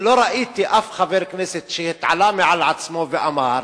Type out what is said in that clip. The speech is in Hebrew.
לא ראיתי אף חבר כנסת שהתעלה על עצמו ואמר: